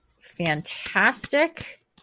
Fantastic